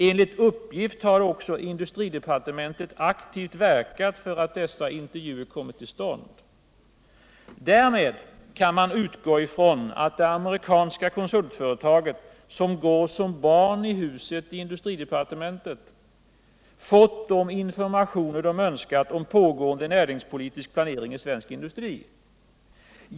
Enligt uppgift har också industridepartementet aktivt verkat för att dessa intervjuer kommit till stånd. Därmed kan man utgå ifrån att det amerikanska konsultföretaget, som går som barn i huset i industridepartementet, fått de informationer det önskat om pågående näringspolitisk planering i svensk industri.